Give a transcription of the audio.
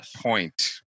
point